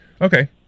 Okay